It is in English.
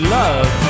love